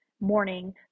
Morning